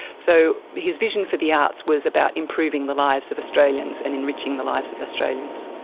so his vision for the arts was about improving the lives of australians and enriching the lives of australians.